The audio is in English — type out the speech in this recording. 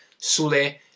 Sule